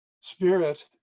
spirit